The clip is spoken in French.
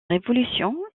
révolution